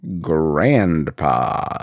Grandpa